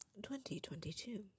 2022